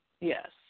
Yes